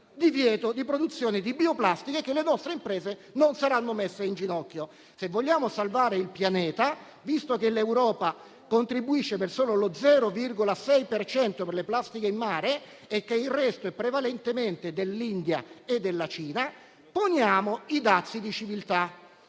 divieto di produzione di bioplastiche e che le nostre imprese non saranno messe in ginocchio. Se vogliamo salvare il pianeta, visto che l'Europa contribuisce solo per lo 0,6 per cento alle plastiche in mare e che il resto deriva prevalentemente dall'India e dalla Cina, poniamo i dazi di civiltà: